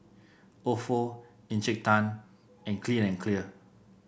ofo Encik Tan and Clean and Clear